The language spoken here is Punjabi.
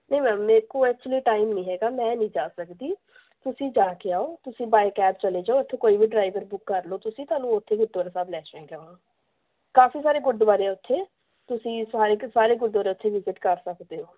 ਨਹੀਂ ਮੈਮ ਮੇਰੇ ਕੋਲ ਐਕਚੁਲੀ ਟਾਈਮ ਨਹੀਂ ਹੈਗਾ ਮੈਂ ਨਹੀਂ ਜਾ ਸਕਦੀ ਤੁਸੀਂ ਜਾ ਕੇ ਆਓ ਤੁਸੀਂ ਬਾਏ ਕੈਬ ਚਲੇ ਜਾਓ ਉੱਥੋਂ ਕੋਈ ਵੀ ਡਰਾਈਵਰ ਬੁੱਕ ਕਰ ਲੋ ਤੁਸੀਂ ਤੁਹਾਨੂੰ ਉੱਥੇ ਗੁਰਦੁਆਰਾ ਸਾਹਿਬ ਲੈ ਜਾਏਗਾ ਉਹ ਕਾਫ਼ੀ ਸਾਰੇ ਗੁਰਦੁਆਰੇ ਉੱਥੇ ਤੁਸੀਂ ਸਾਰੇ ਸਾਰੇ ਗੁਰਦੁਆਰਾ ਉੱਥੇ ਵਿਜਿਟ ਕਰ ਸਕਦੇ ਹੋ